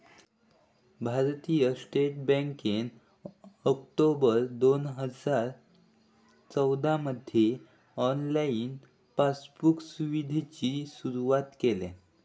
भारतीय स्टेट बँकेन ऑक्टोबर दोन हजार चौदामधी ऑनलाईन पासबुक सुविधेची सुरुवात केल्यान